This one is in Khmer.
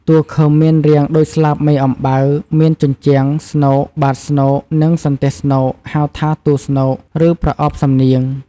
តួឃឹមមានរាងដូចស្លាបមេអំបៅមានជញ្ជាំង ស្នូក បាតស្នូក និងសន្ទះស្នូកហៅថាតួស្នូក ឬប្រអប់សំនៀង។